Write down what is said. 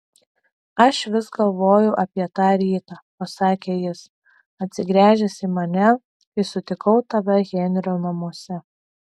aš vis galvoju apie tą rytą pasakė jis atsigręžęs į mane kai sutikau tave henrio namuose